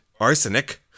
arsenic